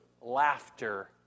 laughter